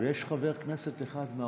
ויש חבר כנסת אחד מהאופוזיציה,